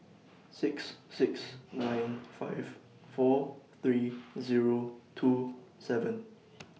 six six nine five four three Zero two seven